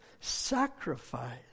sacrifice